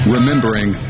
Remembering